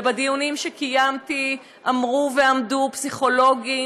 ובדיונים שקיימתי אמרו ואמדו פסיכולוגים